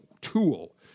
tool